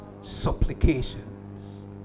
supplications